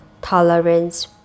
Tolerance